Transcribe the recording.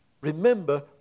remember